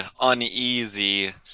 uneasy